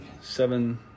Seven